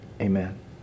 Amen